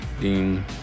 Dean